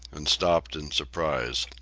and stopped in surprise.